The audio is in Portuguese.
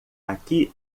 aqui